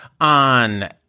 on